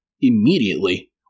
immediately